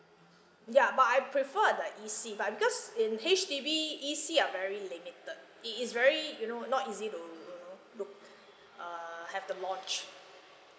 ya but I prefer the E_C but because in H_D_B E_C are very limited it is very you know not easy to you know look err have the launch